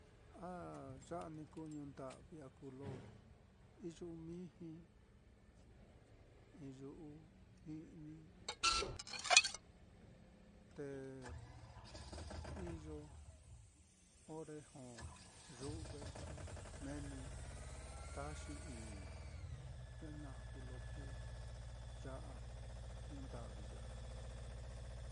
Ah ya á ni kuu ñuu nda'vi kuu lo iyu'u miji, iyu'u i'ni, te iyo ore jó yu've, te meni taxi iñi, ye naá kuu lo kuu ya á, ñuu nda'vi ya á.